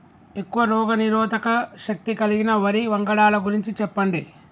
ఎక్కువ రోగనిరోధక శక్తి కలిగిన వరి వంగడాల గురించి చెప్పండి?